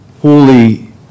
holy